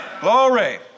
Glory